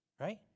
right